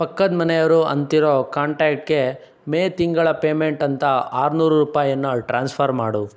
ಪಕ್ಕದ ಮನೆಯವರು ಅಂತಿರೋ ಕಾಂಟ್ಯಾಕ್ಟ್ಗೆ ಮೇ ತಿಂಗಳ ಪೇಮೆಂಟ್ ಅಂತ ಆರು ನೂರು ರೂಪಾಯಿಯನ್ನ ಟ್ರಾನ್ಸ್ಫರ್ ಮಾಡು